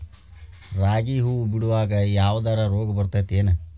ರಾಗಿ ಹೂವು ಬಿಡುವಾಗ ಯಾವದರ ರೋಗ ಬರತೇತಿ ಏನ್?